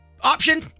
option